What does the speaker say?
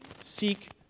seek